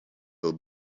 will